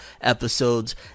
episodes